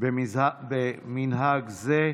במנהג זה,